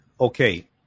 okay